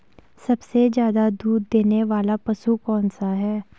सबसे ज़्यादा दूध देने वाला पशु कौन सा है?